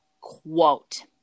quote